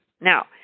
Now